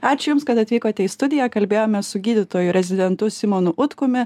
ačiū jums kad atvykote į studiją kalbėjomės su gydytoju rezidentu simonu utkumi